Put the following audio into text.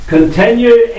Continue